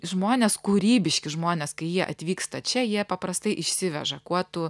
žmonės kūrybiški žmonės kai jie atvyksta čia jie paprastai išsiveža kuo tu